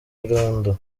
irondo